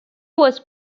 was